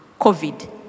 COVID